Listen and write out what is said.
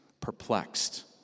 perplexed